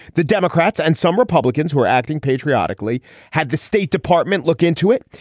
the democrats and some republicans were acting patriotically had the state department look into it.